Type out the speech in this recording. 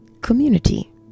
community